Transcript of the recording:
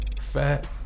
fat